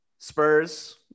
Spurs